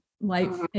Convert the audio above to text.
life